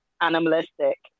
animalistic